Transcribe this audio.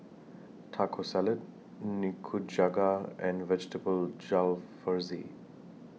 Taco Salad Nikujaga and Vegetable Jalfrezi